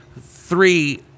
three